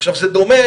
זה דומה,